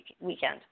weekend